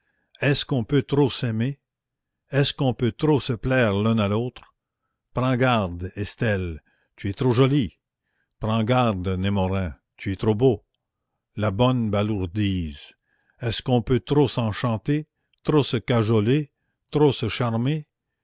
est-ce qu'on peut trop s'aimer est-ce qu'on peut trop se plaire l'un à l'autre prends garde estelle tu es trop jolie prends garde némorin tu es trop beau la bonne balourdise est-ce qu'on peut trop s'enchanter trop se cajoler trop se charmer